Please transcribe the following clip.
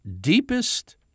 deepest